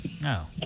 No